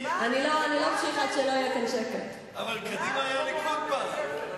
אבל קדימה היתה ליכוד פעם.